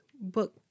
book